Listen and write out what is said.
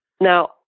Now